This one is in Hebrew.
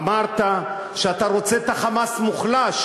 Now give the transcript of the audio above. אמרת שאתה רוצה את ה"חמאס" מוחלש